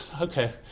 okay